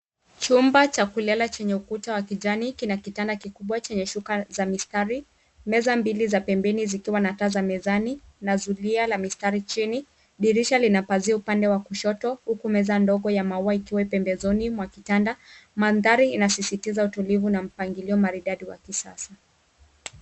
Chumba cha kulala chenye ukuta wa kijani kina kitanda kikubwa chenye shuka za mistari, meza mbili za pembeni zikiwa na taa za mezani na zulia la mistari chini. Dirisha lina pazia upande wa kushoto huku meza ndogo ya maua ikiwa pembezoni mwa kitanda. Mandhari inasisitiza utulivu na mpangilio maridadi wa kisasa.